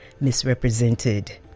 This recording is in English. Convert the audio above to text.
misrepresented